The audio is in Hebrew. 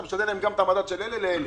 אתה משנה להם גם את המדד של אלה לאלה.